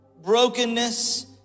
brokenness